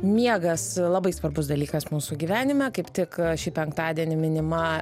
miegas labai svarbus dalykas mūsų gyvenime kaip tik šį penktadienį minima